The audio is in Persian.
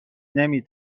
نمی